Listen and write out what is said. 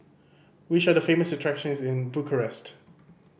which are the famous attractions in Bucharest